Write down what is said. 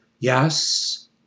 Yes